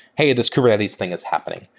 hey, this kubernetes thing is happening.